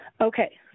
Okay